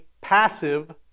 passive